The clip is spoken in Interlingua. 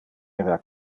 era